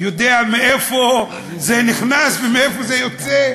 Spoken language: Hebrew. יודע מאיפה זה נכנס ומאיפה זה יוצא.